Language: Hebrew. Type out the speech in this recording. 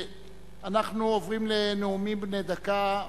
אנחנו עוברים לנאומים בני דקה,